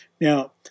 Now